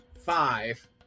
five